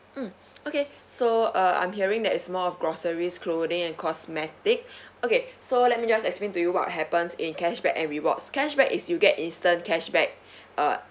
um okay so uh I'm hearing that is more of groceries clothing and cosmetic okay so let me just explain to you what will happens in cashback and rewards cashback is you get instant cashback uh